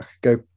go